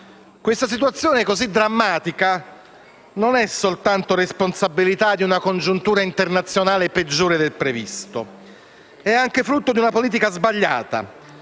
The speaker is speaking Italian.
Questa situazione così drammatica non è soltanto responsabilità di una congiuntura internazionale peggiore del previsto, ma è anche frutto di una politica sbagliata,